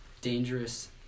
dangerous